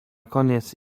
koniec